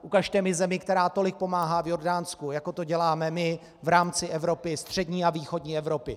Ukažte mi zemi, která tolik pomáhá v Jordánsku, jako to děláme my v rámci Evropy, střední a východní Evropy.